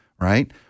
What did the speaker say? right